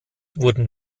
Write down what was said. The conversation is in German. wurden